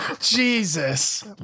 Jesus